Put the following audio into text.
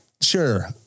Sure